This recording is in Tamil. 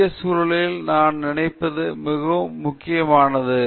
இந்தியச் சூழலில் நான் நினைப்பது மிகவும் முக்கியமானது